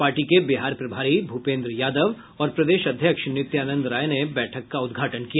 party के बिहार प्रभारी भूपेन्द्र यादव और प्रदेश अध्यक्ष नित्यानंद राय ने बैठक का उद्घाटन किया